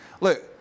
Look